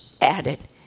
added